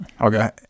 Okay